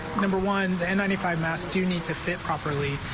number one than ninety five mask you need to fit properly.